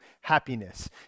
happiness